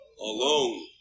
Alone